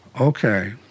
Okay